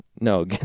no